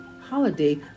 holiday